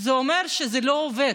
זה אומר שזה לא עובד,